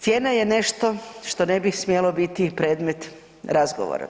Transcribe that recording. Cijena je nešto što ne bi smjelo biti predmet razgovora.